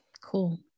Cool